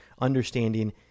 understanding